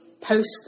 post